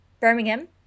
Birmingham